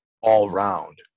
all-round